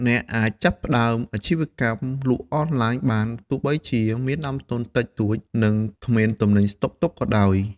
អ្នកអាចចាប់ផ្ដើមអាជីវកម្មលក់អនឡាញបាន ទោះបីជាមានដើមទុនតិចតួច និងគ្មានទំនិញស្តុកទុកក៏ដោយ។